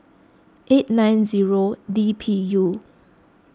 eight nine zero D P U